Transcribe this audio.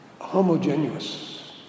homogeneous